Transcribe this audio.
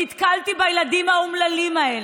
נתקלתי בילדים האומללים האלה,